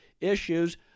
issues